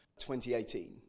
2018